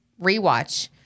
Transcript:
rewatch